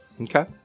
Okay